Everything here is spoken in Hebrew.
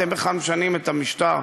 אתם בכלל משנים את המשטר.